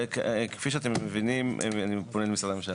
כפי שאתם מבינים, אני פונה למשרדי הממשלה,